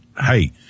hey